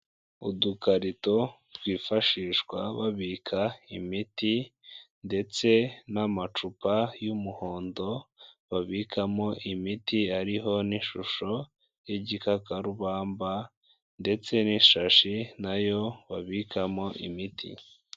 Udukarito twifashishwa babika imiti ndetse n'amacupa y'umuhondo babikamo imiti ariho n'ishusho y'igikakarubamba ndetse n'ishashi na yo babikamo imiti.